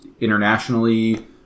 internationally